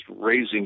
raising